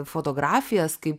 fotografijas kai